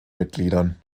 mitgliedern